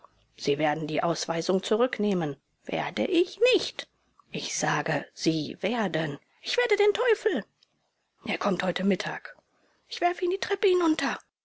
sie werden die ausweisung zurücknehmen werde ich nicht ich sage sie werden ich werde den teufel er kommt heute mittag ich werfe ihn die treppe hinunter